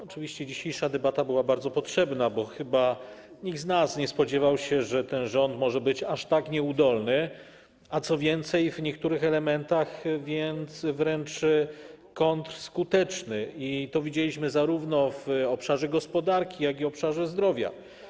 Oczywiście dzisiejsza debata była bardzo potrzebna, bo chyba nikt z nas nie spodziewał się, że ten rząd może być aż tak nieudolny, a co więcej - w niektórych elementach wręcz kontrskuteczny, i to wiedzieliśmy zarówno w obszarze gospodarki, jak i obszarze zdrowia.